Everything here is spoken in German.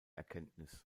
erkenntnis